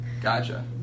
Gotcha